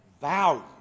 value